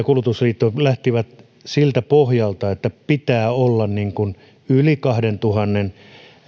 kuluttajaliitto lähti siltä pohjalta että pitää olla yli kahdentuhannen